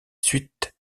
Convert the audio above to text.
suites